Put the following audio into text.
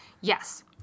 Yes